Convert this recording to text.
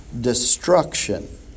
destruction